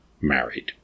married